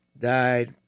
died